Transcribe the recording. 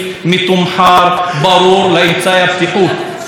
כי היום המחיר של הבטיחות הוא בתוך מחירי היחידה.